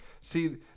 See